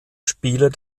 spieler